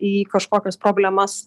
į kažkokias problemas